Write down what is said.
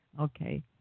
Okay